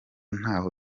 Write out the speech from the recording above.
ntaho